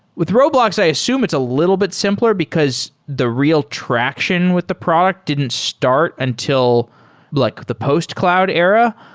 with roblox, i assume it's a little bit simpler, because the real traction with the product didn't start until like the post-cloud era.